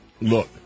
Look